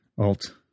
alt